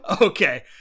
Okay